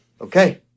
Okay